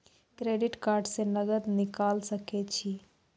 Credit card से नगद निकाल सके छी?